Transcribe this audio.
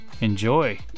Enjoy